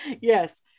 Yes